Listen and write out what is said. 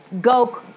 go